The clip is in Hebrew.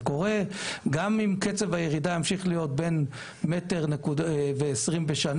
גם אם קצב הירידה ימשיך להיות 1.2 מטרים בשנה